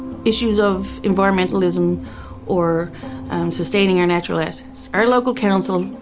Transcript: issues of environmentalism or sustaining your natural assets. our local council,